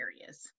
areas